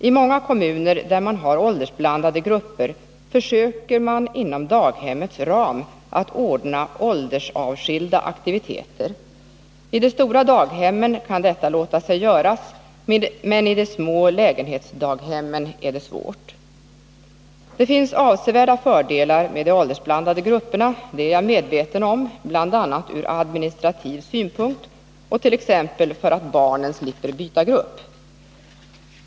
I många kommuner, där man har åldersblandade grupper, försöker man inom daghemmets ram att ordna åldersavskilda aktiviteter. I de stora daghemmen kan detta låta sig göras, men i de små lägenhetsdaghemmen är det svårt. Det finns avsevärda fördelar med de åldersblandade grupperna, det är jag medveten om, bl.a. ur administrativ synpunkt och t.ex. för att barnen slipper byta grupp.